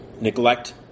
neglect